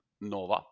Nova